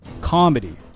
comedy